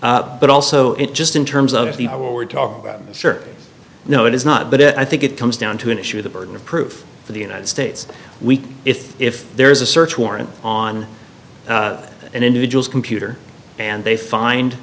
way but also it just in terms of the what we're talking about sir no it is not but i think it comes down to an issue of the burden of proof for the united states weak if if there is a search warrant on an individual's computer and they find